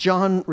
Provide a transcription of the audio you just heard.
John